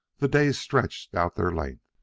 the days stretched out their length.